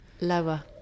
Lower